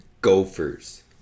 gophers